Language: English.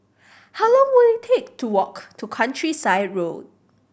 how long will it take to walk to Countryside Road